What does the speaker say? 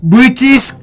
British